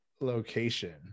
location